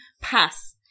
pass